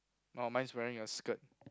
orh mine is wearing a skirt